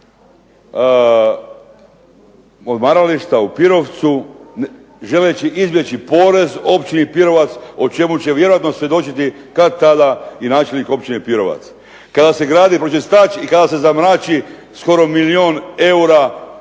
odmarališta u Pirovcu želeći izbjeći porez Općini Pirovac o čemu će vjerojatno svjedočiti kad tada i načelnik Općine Pirovac. Kada se gradi pročistač i kada se zamrači skoro milijun eura